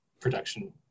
Production